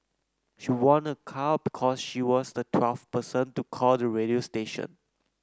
she won a car because she was the twelfth person to call the radio station